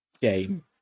game